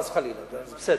חס וחלילה, זה בסדר,